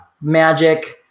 magic